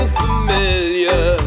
familiar